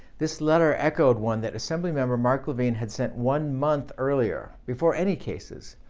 this letter echoed one that assemblyman mark levine had sent one month earlier, before any cases,